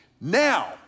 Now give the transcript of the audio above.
Now